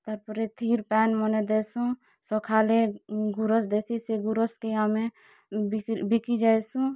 ତା'ର୍ପରେ ଥିର୍ ପାଏନ୍ ମାନେ ଦେସୁଁ ସକାଳେ ଗୁରସ୍ ଦେଶୀ ସେ ଗୁରସ୍ କେ ଆମେ ବିକି ଯାଏସୁଁ